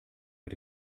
mit